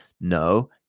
no